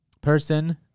person